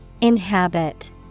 Inhabit